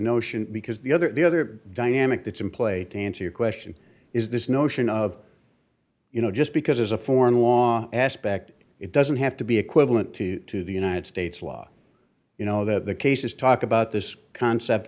notion because the other the other dynamic that's in play to answer your question is this notion of you know just because there's a foreign law aspect it doesn't have to be equivalent to to the united states law you know that the cases talk about this concept